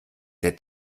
der